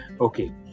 okay